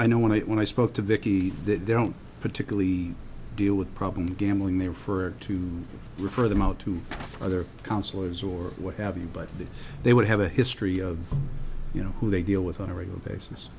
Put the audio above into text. i know when i when i spoke to vicki that they don't particularly deal with problem gambling they're for to refer them out to other counselors or what have you but they would have a history of you know who they deal with on a regular basis